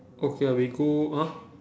okay ah we go !huh!